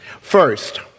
First